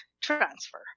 transfer